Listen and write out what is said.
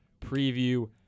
preview